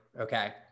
Okay